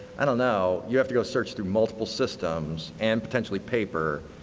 i don't know, you have to go search through multiple systems, and potentially paper,